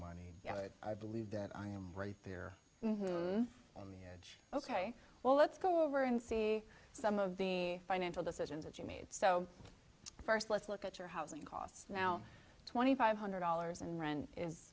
but i believe that i am right there on the edge ok well let's go over and see some of the financial decisions that you made so first let's look at your housing costs now twenty five hundred dollars and rent is